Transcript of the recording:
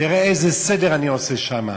תראה איזה סדר אני עושה שם,